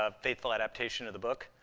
ah faithful adaptation of the book,